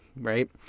right